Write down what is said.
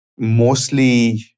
Mostly